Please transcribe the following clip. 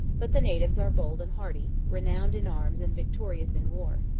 but the natives are bold and hardy, renowned in arms and victorious in war.